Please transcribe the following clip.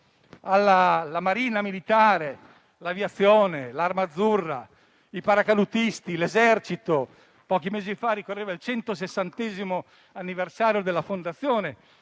la Marina militare, l'Aeronautica, ovvero l'Arma azzurra, i paracadutisti e l'Esercito. Pochi mesi fa ricorreva il 160° anniversario della fondazione